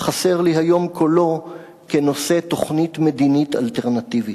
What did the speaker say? חסר לי היום קולו כנושא תוכנית מדינית אלטרנטיבית.